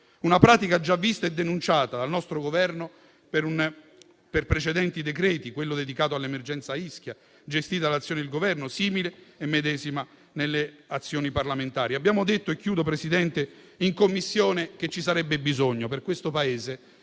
una pratica già vista e denunciata dal nostro Governo per precedenti decreti-legge, come ad esempio quello dedicato all'emergenza Ischia, gestita dall'azione del Governo, simile e medesima nelle azioni parlamentari. Abbiamo detto in Commissione che ci sarebbe bisogno per questo Paese